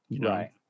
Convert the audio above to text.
Right